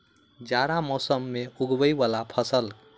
जाड़ा मौसम मे उगवय वला फसल?